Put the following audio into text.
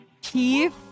Keith